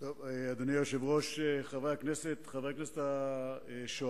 אדוני היושב-ראש, חברי הכנסת, חברי הכנסת השואלים,